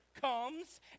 comes